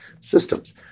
systems